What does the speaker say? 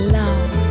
love